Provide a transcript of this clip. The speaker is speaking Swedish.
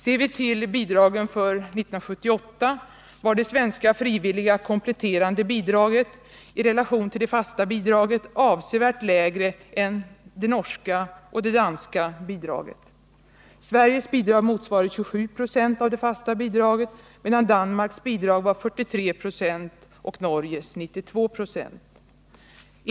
Ser vi till bidragen för 1978 var det svenska frivilliga kompletterande bidraget i relation till det fasta bidraget avsevärt lägre än det norska och det danska bidraget. Sveriges bidrag motsvarade 27 96 av det fasta bidraget, medan Danmarks bidrag motsvarade 43 926 och Norges 92 96.